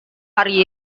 hari